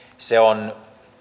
se on